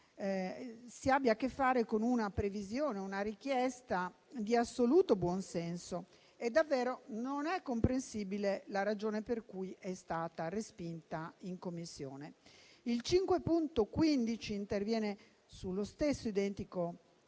si abbia a che fare con una richiesta di assoluto buon senso e davvero non è comprensibile la ragione per cui è stata respinta in Commissione. L'emendamento 5.15 interviene sullo stesso identico